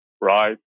right